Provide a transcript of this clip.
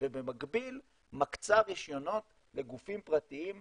ובמקביל מקצה רישיונות לגופים פרטיים לחיפוש.